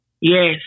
Yes